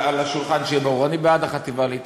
על השולחן, שיהיה ברור, אני בעד החטיבה להתיישבות,